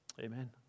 Amen